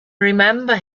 remember